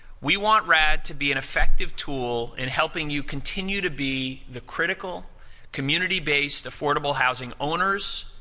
we want rad to be an effective tool in helping you continue to be the critical community-based, affordable housing owners,